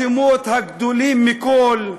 השמות הגדולים מכול: